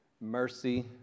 mercy